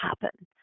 happen